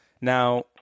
Now